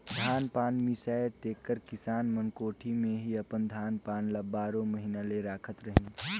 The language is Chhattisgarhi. धान पान मिसाए तेकर किसान मन कोठी मे ही अपन धान पान ल बारो महिना ले राखत रहिन